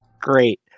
Great